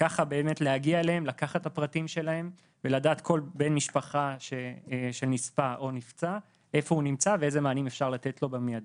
ככה נוכל להגיע אליהן ולהגיד להן איזה מענים אפשר לתת במיידי.